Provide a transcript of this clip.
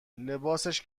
لباسش